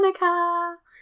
Monica